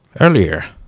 Earlier